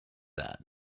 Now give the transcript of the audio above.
that